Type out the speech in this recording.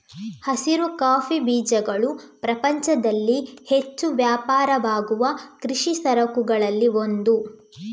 ಹಸಿರು ಕಾಫಿ ಬೀಜಗಳು ಪ್ರಪಂಚದಲ್ಲಿ ಹೆಚ್ಚು ವ್ಯಾಪಾರವಾಗುವ ಕೃಷಿ ಸರಕುಗಳಲ್ಲಿ ಒಂದು